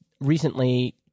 recently